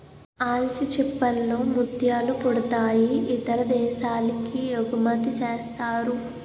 ఆల్చిచిప్పల్ లో ముత్యాలు పుడతాయి ఇతర దేశాలకి ఎగుమతిసేస్తారు